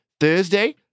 Thursday